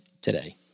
today